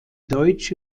deutsche